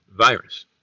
virus